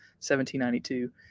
1792